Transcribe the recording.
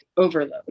overload